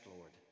Lord